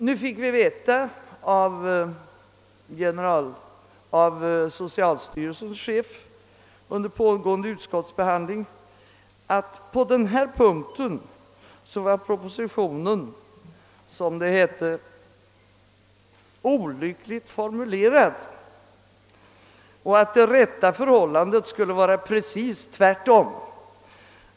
Vi fick emellertid under pågående utskottsbehandling veta av socialstyrelsens chef att propositionen på denna punkt var, såsom det hette, olyckligt formulerad och att det rätta förhållandet var det omvända.